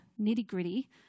nitty-gritty